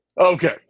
Okay